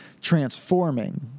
transforming